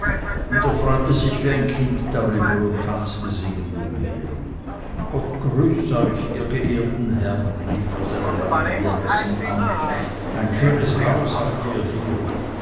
und er freuete sich wie ein kind darüber und tanzte singend umher gott grüß euch ihr geehrten herren rief er seine neuen genossen an ein schönes haus habt ihr hier